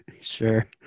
Sure